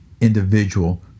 individual